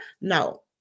No